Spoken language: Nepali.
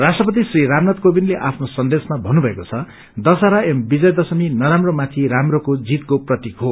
राष्ट्रपति श्री रामनाथ कोविन्दले आफ्नो संदेशमा भन्नुभएको छ दशहरा एवं विजयादशमी नराम्रो माथि राम्रो जीतको प्रतीक हो